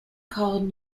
called